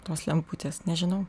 tos lemputės nežinau